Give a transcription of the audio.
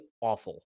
awful